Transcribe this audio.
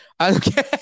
Okay